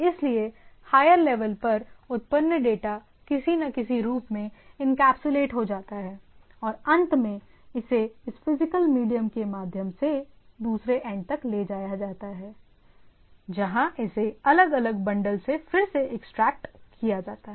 इसलिए higher level पर उत्पन्न डेटा किसी न किसी रूप में एनकैप्सुलेट हो जाता है और अंत में इसे इस फिजिकल मीडिया के माध्यम से दूसरे एंड तक ले जाया जाता है जहां इसे अलग अलग बंडल से फिर से एक्सट्रैक्ट किया जाता है